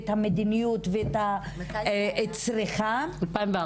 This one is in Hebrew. את המדיניות ואת הצריכה -- מתי זה היה?